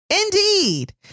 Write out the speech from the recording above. Indeed